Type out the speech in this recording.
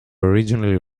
originally